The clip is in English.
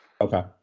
Okay